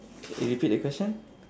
can you repeat the question